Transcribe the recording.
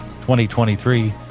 2023